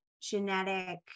genetic